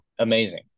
Amazing